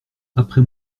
après